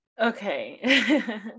okay